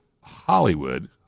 Hollywood